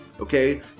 okay